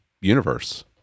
universe